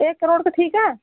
एक करोड़ का ठेका